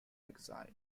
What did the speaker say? exile